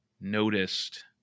noticed